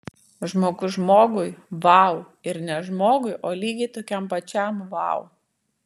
žmogus žmogui vau ir ne žmogui o lygiai tokiam pačiam vau